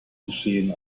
geschehen